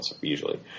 usually